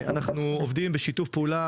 אנחנו עובדים בשיתוף פעולה.